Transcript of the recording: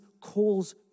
calls